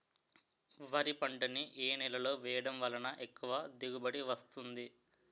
వరి పంట ని ఏ నేలలో వేయటం వలన ఎక్కువ దిగుబడి వస్తుంది?